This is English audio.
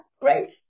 great